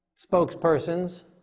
spokespersons